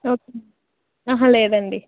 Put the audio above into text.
okay అండి అహా లేదండి